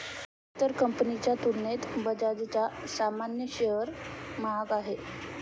इतर कंपनीच्या तुलनेत बजाजचा सामान्य शेअर महाग आहे